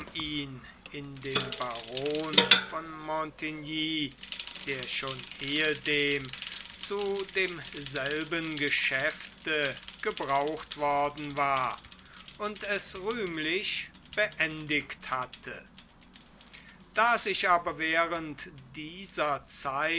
ihn in dem baron von montigny der schon ehedem zu demselben geschäfte gebraucht worden war und es rühmlich beendigt hatte da sich aber während dieser zeit